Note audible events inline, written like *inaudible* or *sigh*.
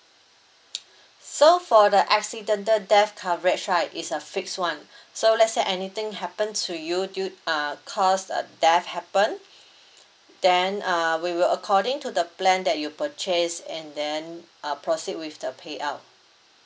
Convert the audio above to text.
*noise* so for the accidental death coverage right is a fixed one so let's say anything happen to you due uh caused uh death happen then uh we will according to the plan that you purchased and then uh proceed with the payout